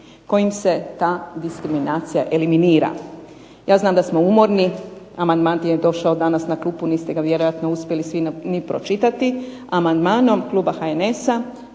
kojim se ta diskriminacija eliminira. Ja znam da smo umorni. Amandman je danas došao na klupu niste ga uspjeli sigurno ni svi pročitati. Amandmanom kluba HNS-a